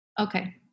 Okay